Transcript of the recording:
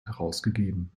herausgegeben